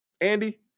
andy